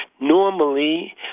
normally